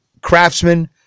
craftsman